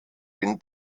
den